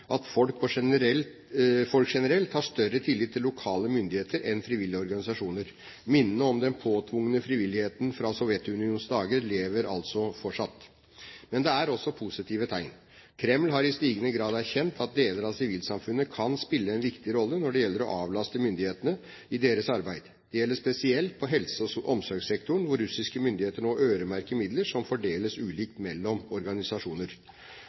at folk generelt har større tillit til lokale myndigheter enn til frivillige organisasjoner. Minnene om den påtvungne frivilligheten fra Sovjetunionens dager lever altså fortsatt. Men det er også positive tegn. Kreml har i stigende grad erkjent at deler av sivilsamfunnet kan spille en viktig rolle når det gjelder å avlaste myndighetene i deres arbeid. Dette gjelder spesielt helse- og omsorgssektoren, hvor russiske myndigheter nå øremerker midler som fordeles mellom ulike organisasjoner.